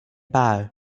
bowl